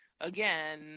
again